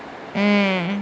mm